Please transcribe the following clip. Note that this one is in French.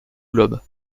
globe